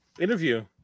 interview